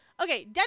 Okay